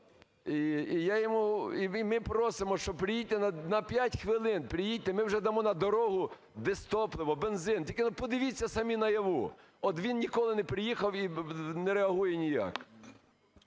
і ми просимо, що приїдьте на 5 хвилин, приїдьте. І ми вже дамо на дорогу дизтопливо, бензин, тільки подивіться самі наяву. От він ніколи не приїхав і не реагує ніяк.